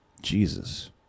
Jesus